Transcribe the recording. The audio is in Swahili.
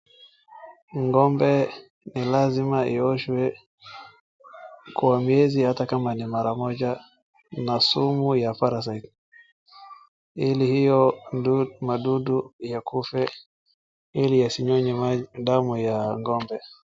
Ng'ombe ni lazima ioshwe kwa miezi ata kama ni mara moja na sumu ya parasite ili hiyo madudu yakufe ili yasinyonye damu ya ng'ombe.